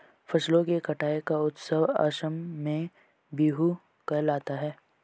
फसलों की कटाई का उत्सव असम में बीहू कहलाता है